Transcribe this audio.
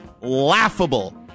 laughable